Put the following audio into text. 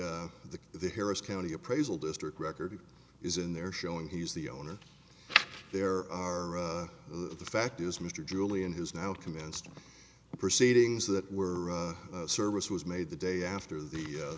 the the harris county appraisal district record is in there showing he's the owner there are the fact is mr julian has now commenced proceedings that were service was made the day after the